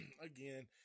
again